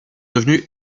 devenues